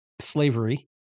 slavery